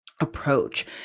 approach